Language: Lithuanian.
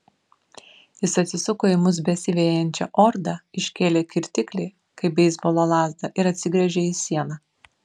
jis atsisuko į mus besivejančią ordą iškėlė kirtiklį kaip beisbolo lazdą ir atsigręžė į sieną